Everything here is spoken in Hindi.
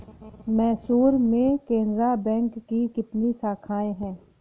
मैसूर में केनरा बैंक की कितनी शाखाएँ है?